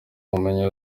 kumenya